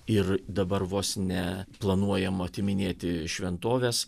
ir dabar vos ne planuojama atiminėti šventoves